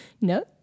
No